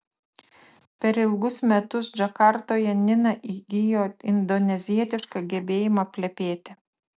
per ilgus metus džakartoje nina įgijo indonezietišką gebėjimą plepėti